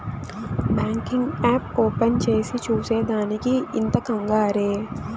banking app open చేసి చూసే దానికి ఇంత కంగారే